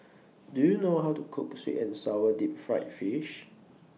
Do YOU know How to Cook Sweet and Sour Deep Fried Fish